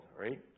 right